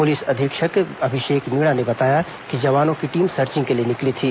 police अधीक्षक अभिषेक मीणा ने बताया कि जवानों की टीम सर्चिंग के लिए निकली थी